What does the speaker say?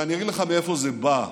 ואני אגיד לך מאיפה זה בא,